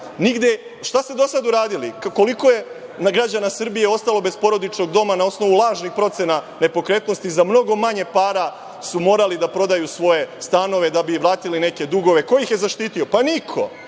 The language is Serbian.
banaka. Šta ste do sada uradili? Koliko je građana Srbije ostalo bez porodičnog doma na osnovu lažnih procena nepokretnosti? Za mnogo manje para su morali da prodaju svoje stanove da bi vratili neke dugove. Ko ih je zaštitio? Pa niko,